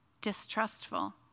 distrustful